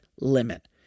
Limit